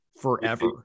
forever